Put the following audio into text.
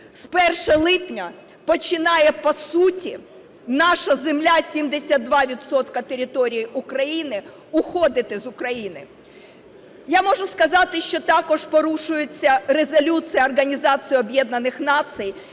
З 1 липня починає по суті наша земля, 72 відсотки території України, уходити з України. Я можу сказати, що також порушується Резолюція